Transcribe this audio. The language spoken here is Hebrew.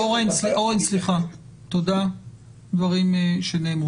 אורן תודה על הדברים שנאמרו.